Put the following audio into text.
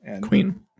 Queen